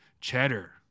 cheddar